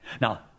Now